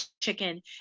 chicken